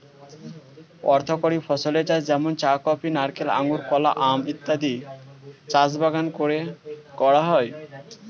অর্থকরী ফসলের চাষ যেমন চা, কফি, নারিকেল, আঙুর, কলা, আম ইত্যাদির চাষ বাগান করে করা হয়